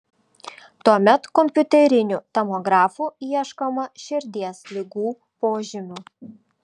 tuomet kompiuteriniu tomografu ieškoma širdies ligų požymių